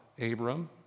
Abram